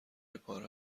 پاره